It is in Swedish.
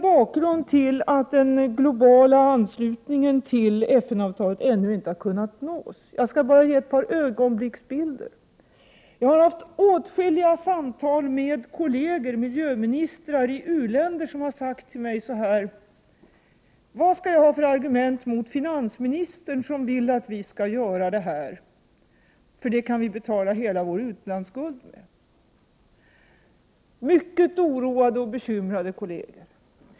Bakgrunden till att en global anslutning till FN-avtalet ännu inte har kunnat uppnås är mycket komplicerad. Jag skall bara ge några ögonblicksbilder. Jag har haft åtskilliga samtal med miljöministrar i u-länderna. De har undrat: Vilka argument skall vi använda mot finansministrar som vill att vi skall tillåta detta, eftersom pengarna skulle räcka till att betala landets hela utlandsskuld? Det har rört sig om mycket oroade och bekymrade kolleger.